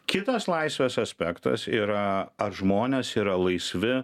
kitas laisvės aspektas yra ar žmonės yra laisvi